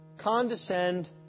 condescend